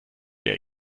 der